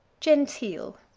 genteel.